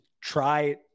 try